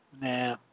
Nah